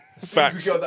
Facts